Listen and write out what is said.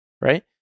right